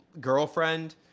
girlfriend